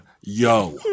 Yo